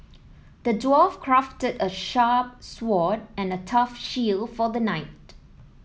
the dwarf crafted a sharp sword and a tough shield for the knight